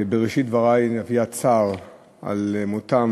בראשית דברי אני מביע צער על מותם